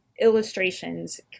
illustrations